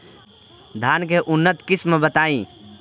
धान के उन्नत किस्म बताई?